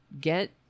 get